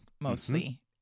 mostly